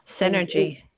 Synergy